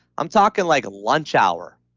i'm talking like lunch hour.